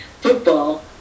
football